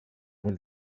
mil